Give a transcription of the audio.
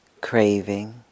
craving